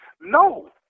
No